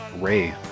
Ray